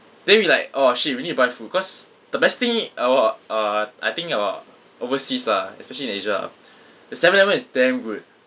then we like oh shit we need to buy food cause the best thing about uh I think about overseas lah especially in asia ah the seven eleven is damn good